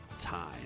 time